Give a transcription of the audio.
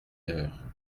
heure